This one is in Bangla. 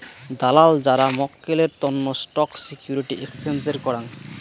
দালাল যারা মক্কেলের তন্ন স্টক সিকিউরিটি এক্সচেঞ্জের করাং